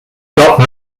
gotten